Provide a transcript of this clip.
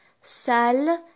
salle